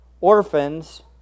orphans